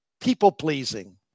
People-pleasing